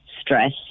stress